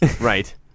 Right